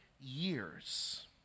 years